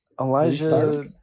elijah